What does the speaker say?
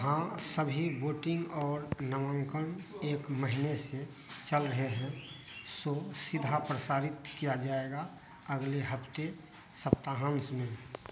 हाँ सभी वोटिंग और नामांकन एक महीने से चल रहे हैं शो सीधा प्रसारित किया जाएगा अगले हफ़्ते सप्ताहांत में